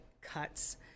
cuts